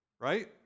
Right